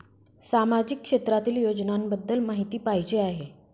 सामाजिक क्षेत्रातील योजनाबद्दल माहिती पाहिजे आहे?